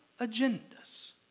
agendas